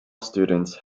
students